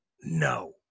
no